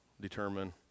determine